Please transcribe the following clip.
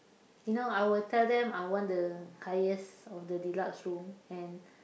you know I will tell them I want the highest of the deluxe room and